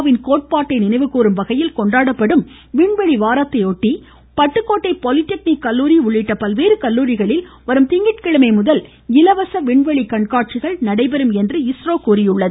win கோட்பாட்டை நினைவுகூறும் வகையில் கொண்டாடப்படும் விண்வெளி வாரத்தையொட்டி பட்டுக்கோட்டை பாலிடெக்னிக் கல்லூரி உள்ளிட்ட பல்வேறு கல்லூரிகளில் வரும் திங்கட்கிழமை முதல் இலவச விண்வெளி கண்காட்சிகள் நடைபெறும் என்று இஸ்ரோ தெரிவித்துள்ளது